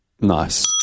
Nice